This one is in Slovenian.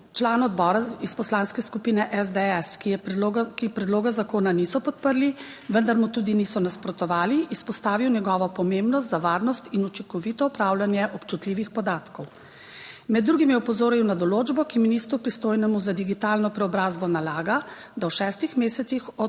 član odbora iz Poslanske skupine SDS, ki predlogu zakona niso podprli, vendar mu tudi niso nasprotovali, izpostavil njegovo pomembnost za varnost in učinkovito upravljanje občutljivih podatkov. Med drugim je opozoril na določbo, ki ministru, pristojnemu za digitalno preobrazbo, nalaga, da v šestih mesecih od